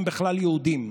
מה שנקרא, כיסאות מוזיקליים.